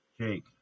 Jake